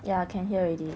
ya can hear already